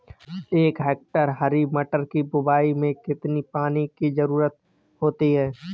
एक हेक्टेयर हरी मटर की बुवाई में कितनी पानी की ज़रुरत होती है?